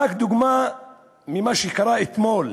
רק דוגמה ממה שקרה אתמול.